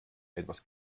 etwas